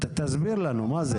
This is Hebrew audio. תסביר לנו מה זה.